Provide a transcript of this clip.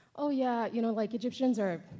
oh, yeah, you know, like egyptians are,